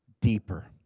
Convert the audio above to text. deeper